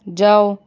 जाओ